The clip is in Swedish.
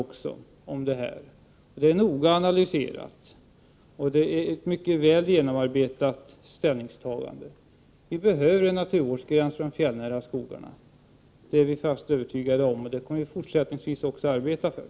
Man har utfört noggranna analyser och ställningstagandet är mycket väl genomarbetat. Vi behöver en naturvårdsgräns i de fjällnära skogarna. Det är vi fast övertygade om, och det kommer vi att arbeta för även i fortsättningen. Tack!